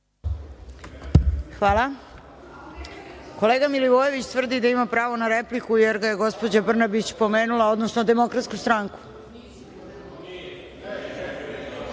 Hvala. Kolega Milivojević tvrdi da ima pravo na repliku, jer ga je gospođa Brnabić pomenula, odnosno DS. Bivša vlast